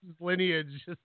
lineage